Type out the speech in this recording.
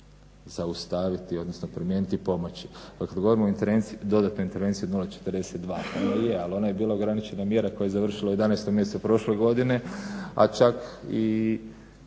zaustaviti, odnosno promijeniti i pomoći. Koliko … dodatnoj intervenciji 042, je, ali ona je bila ograničena mjera koja je završila u 11.mjesecu prošle godine, a čak i